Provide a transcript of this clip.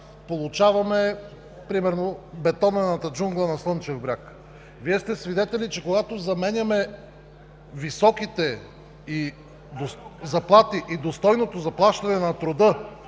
Вие сте свидетели, че когато заменяме високите заплати и достойното заплащане на труда